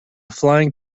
flying